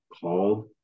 called